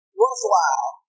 worthwhile